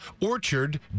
Orchard